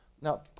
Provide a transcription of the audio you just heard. Now